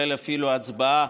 וזה אפילו כולל הצבעה